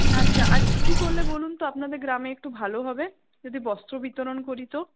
আচ্ছা আর কি কি করলে বলুন তো আপনাদের গ্রামে একটু ভালো হবে যদি বস্ত্র বিতরণ করি তো